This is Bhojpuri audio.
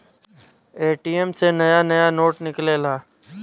ए.टी.एम से नया नया नोट निकलेला